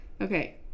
Okay